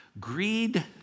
Greed